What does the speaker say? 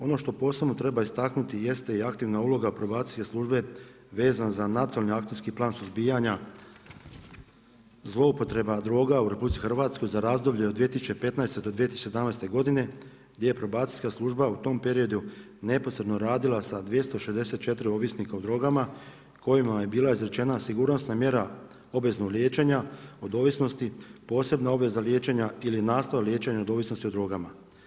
Ono što posebno treba istaknuti jeste i aktivna uloga Probacijske službe vezan za Nacionalni akcijski plan suzbijanja zloupotreba droga u RH za razdoblje od 2015.-2017. godine gdje je Probacijska služba u tom periodu neposredno radila sa 264 ovisnika o drogama kojima je bila izrečena sigurnosna mjera obveznog liječenja od ovisnosti, posebna obveza liječenja ili nastavak liječenja od ovisnosti o drogama.